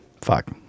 fuck